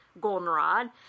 Goldenrod